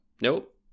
Nope